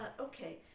okay